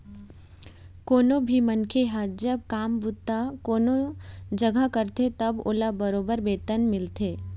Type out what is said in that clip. कोनो भी मनखे ह जब काम बूता कोनो जघा करथे तब ओला बरोबर बेतन घलोक मिलथे